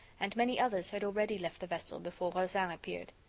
and many others had already left the vessel before rozaine appeared.